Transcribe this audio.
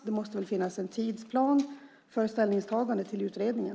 Det måste väl finnas en tidsplan för ställningstagande till utredningen.